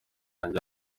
yanjye